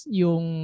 yung